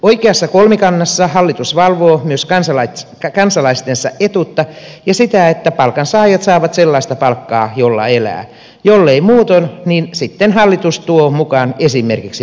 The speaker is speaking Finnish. oikeassa kolmikannassa hallitus valvoo myös kansalaistensa etuutta ja sitä että palkansaajat saavat sellaista palkkaa jolla elää jollei muutoin niin sitten hallitus tuo mukaan esimerkiksi veronkevennyksiä